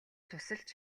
тусалж